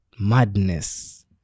madness